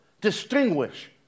distinguish